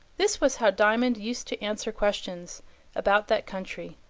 this was how diamond used to answer questions about that country.